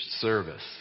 service